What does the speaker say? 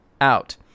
out